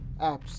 apps